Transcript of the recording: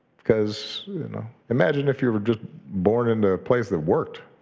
cause imagine if you were just born into a place that worked.